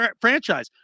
franchise